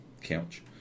couch